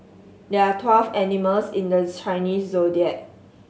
there are twelve animals in the Chinese Zodiac